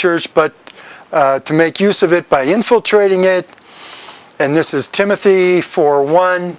church but to make use of it by infiltrating it and this is timothy for one